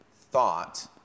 thought